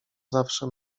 zawsze